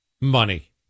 money